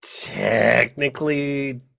technically